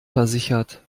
versichert